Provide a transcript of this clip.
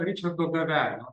ričardo gavelio